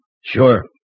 Sure